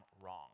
wrong